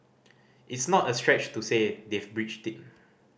it's not a stretch to say they've breached it